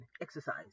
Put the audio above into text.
exercise